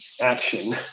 action